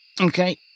Okay